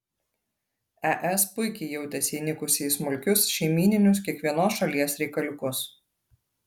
es puikiai jautėsi įnikusi į smulkius šeimyninius kiekvienos šalies reikaliukus